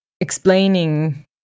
explaining